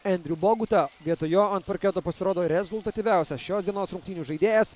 endrių bogutą vietoj jo ant parketo pasirodo rezultatyviausias šio dienos rungtynių žaidėjas